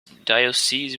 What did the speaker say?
diocese